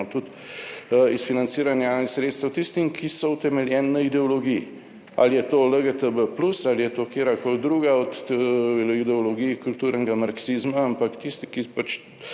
tudi iz financiranja javnih sredstev tistim, ki so utemeljeni na ideologiji, ali je to LGTB plus ali je to katerakoli druga od ideologij kulturnega marksizma, ampak tisti, ki